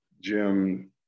Jim